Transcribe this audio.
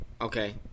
Okay